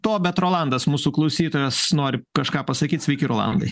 to bet rolandas mūsų klausytojas nori kažką pasakyt sveiki rolandai